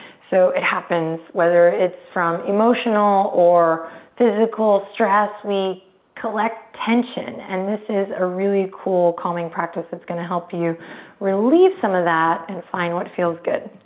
so it happens whether it's from emotional or physical stress, we collection tension and this is a really cool, calming practice that's gonna help you relieve some of that and find what feels good.